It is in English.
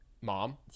mom